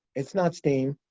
it's not steam.